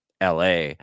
LA